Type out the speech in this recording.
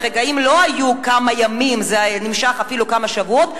זה לא היה כמה ימים, זה נמשך אפילו כמה שבועות.